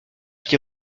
qui